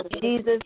Jesus